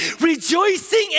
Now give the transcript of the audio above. rejoicing